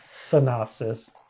synopsis